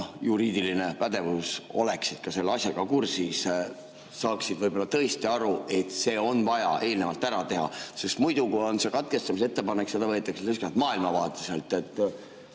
juriidiline pädevus ja kes oleksid selle asjaga kursis, saaksid võib-olla tõesti aru, et see on vaja eelnevalt ära teha. Sest muidu, kui on katkestamise ettepanek, võetakse seda lihtsalt maailmavaateliselt.